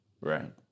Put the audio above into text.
Right